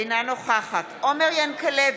אינה נוכחת עומר ינקלביץ'